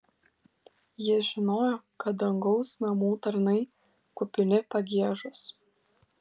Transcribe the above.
ji žinojo kad dangaus namų tarnai kupini pagiežos